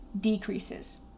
decreases